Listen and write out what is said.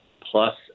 plus